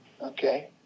Okay